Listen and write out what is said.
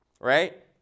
Right